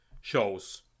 shows